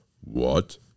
What